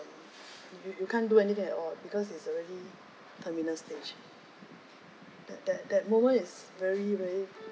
you you you can't do anything at all because it's already terminal stage that that moment is very very